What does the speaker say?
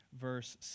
verse